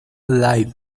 live